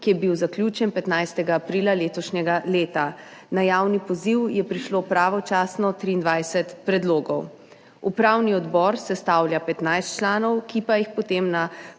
ki je bil zaključen 15. aprila letošnjega leta. Na javni poziv je prišlo pravočasno 23 predlogov. Upravni odbor sestavlja 15 članov, ki pa jih potem na